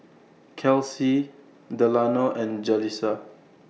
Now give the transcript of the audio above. Kelsi Delano and Jalisa